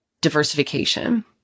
diversification